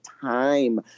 time